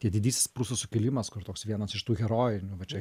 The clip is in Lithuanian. didysis prūsų sukilimas kur toks vienas iš tų herojinių va čia